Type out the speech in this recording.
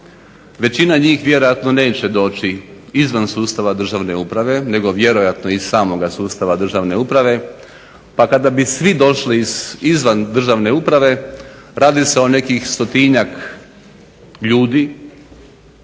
Većina njih vjerojatno neće doći izvan sustava državne uprave nego vjerojatno iz samoga sustava državne uprave. Pa kada bi svi došli izvan državne uprave radi se o nekih 100-njak ljudi